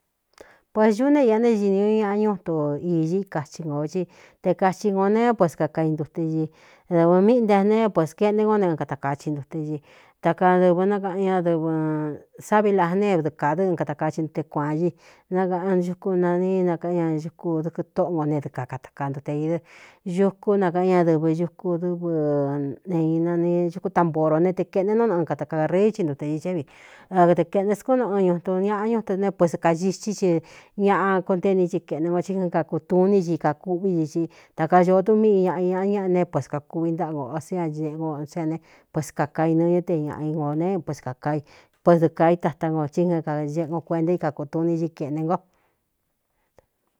Poñuú neé īꞌa nééxini ñu ñaꞌa ñunitu īñi kaxhi nō ci te kachi ngō ne pes kakai ndute ñi dɨvɨ míꞌi nteneé pues kaeꞌne ngo ne ɨn katakaci ntute i ta kadɨvɨ nákaꞌan ñadɨvɨ sáviꞌ la neé dɨɨkādɨ ɨn katakai ntute kuān ñi nakaꞌan ñukú nani nakaꞌan ña ñuku dɨkɨ tóꞌo no ne dɨ kakatakaantute idɨ ñukú nakaꞌan ñadɨvɨ uku dɨ́vɨ neīnan ñukú taꞌnboro ne te keꞌne nú na ɨn katakaareí hi ntute i cé vi e keꞌne skú noo ɨn ñuꞌntu n ñaꞌa ñuunto ne pues kaxití ci ñaꞌa konteni chi keꞌne nko tí jn kakūtuní ci kakûꞌví i ci ta kañoodu míꞌi ñaꞌa ñaꞌa ñáꞌa ne pues kākuꞌvi ntáꞌa ngo o sé aeꞌɨ no sé ne poes kākainɨñɨ te ñāꞌa ō ne papuesdɨɨka i tata nko tí añeꞌngo kuenta ikakūtuni ci keꞌne nko.